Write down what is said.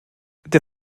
der